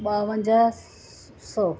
ॿावंजाह सौ